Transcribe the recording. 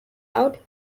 out